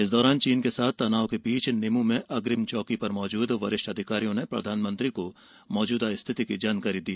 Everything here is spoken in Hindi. इस दौरान चीन के साथ तनाव के बीच निमू में वरिष्ठ अधिकारियों ने प्रधानमंत्री को मौजूदा स्थिति की जानकारी दी